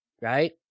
right